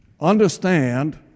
Understand